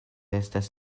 estis